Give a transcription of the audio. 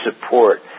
support